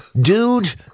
dude